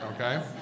okay